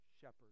shepherd